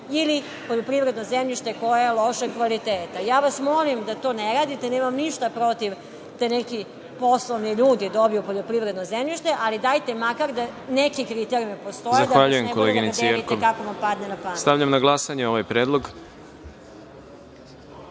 ili poljoprivredno zemljište koje je lošeg kvaliteta. Molim vas da to ne radite. Nemam ništa protiv da ti neki poslovni ljudi dobiju poljoprivredno zemljište, ali dajte makar da neki kriterijumi postoje, a ne da delite kako vam padne na pamet.